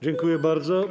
Dziękuję bardzo.